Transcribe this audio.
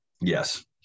Yes